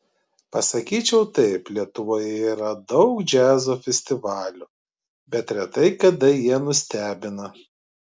pasakyčiau taip lietuvoje yra daug džiazo festivalių bet retai kada jie nustebina